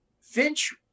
Finch